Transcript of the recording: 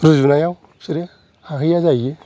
रुजुनायाव बिसोरो हाहैया जाहैयो